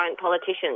politicians